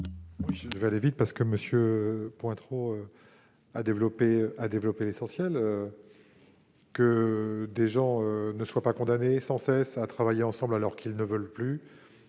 Je serai bref, car M. Pointereau a dit l'essentiel. Que des gens ne soient pas condamnés sans cesse à travailler ensemble alors qu'ils ne le veulent plus